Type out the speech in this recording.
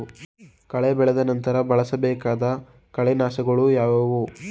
ಕಳೆ ಬೆಳೆದ ನಂತರ ಬಳಸಬೇಕಾದ ಕಳೆನಾಶಕಗಳು ಯಾವುವು?